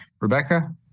Rebecca